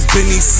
Benny